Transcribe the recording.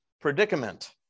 predicament